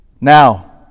Now